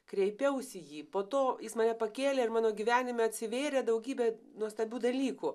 kreipiaus į jį po to jis mane pakėlė ir mano gyvenime atsivėrė daugybė nuostabių dalykų